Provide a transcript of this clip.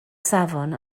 safon